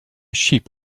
sheep